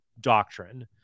doctrine